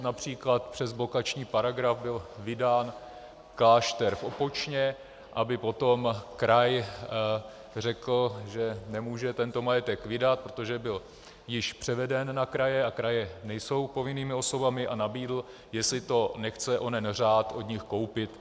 Například přes blokační paragraf byl vydán klášter v Opočně, aby potom kraj řekl, že nemůže tento majetek vydat, protože byl již převeden na kraje a kraje nejsou povinnými osobami, a nabídl, jestli to nechce onen řád od nich koupit.